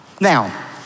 Now